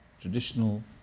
traditional